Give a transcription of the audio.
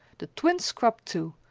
the twins scrubbed, too,